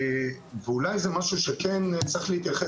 ואולי זה משהו שצריך,